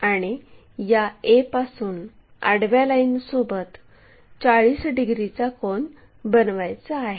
आणि या a पासून आडव्या लाईनसोबत 40 डिग्रीचा कोन बनवायचा आहे